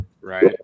right